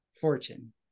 fortune